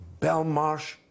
Belmarsh